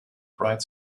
bright